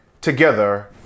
together